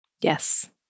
Yes